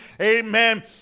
Amen